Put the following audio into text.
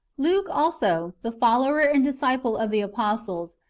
luke also, the follower and disciple of the apostles,